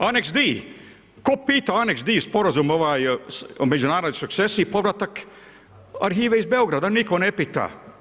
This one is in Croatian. Anex D tko pita anex D Sporazum o međunarodnoj sukcesiji povratak arhive iz Beograda, nitko ne pita.